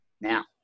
now